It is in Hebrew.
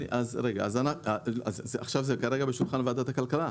כרגע זה על שולחן ועדת הכלכלה.